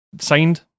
signed